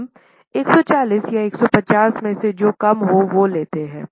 हम 140 या 150 में से जो कम हो वो लेते हैं